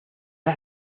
has